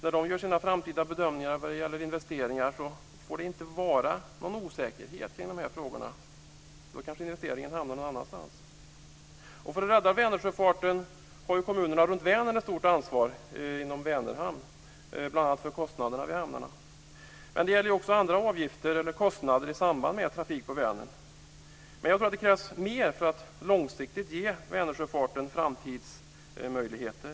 När de gör sina framtidsbedömningar vad gäller investeringar får det inte vara någon osäkerhet i de här frågorna - då kanske investeringen hamnar någon annanstans. För att rädda Vänersjöfarten har kommunerna runt Vänern ett stort ansvar inom Vänerhamn, bl.a. för kostnaderna vid hamnarna. Det gäller också andra avgifter eller kostnader i samband med trafik på Vänern. Jag tror att det krävs mer för att långsiktigt ge Vänersjöfarten framtidsmöjligheter.